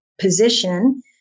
position